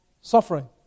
suffering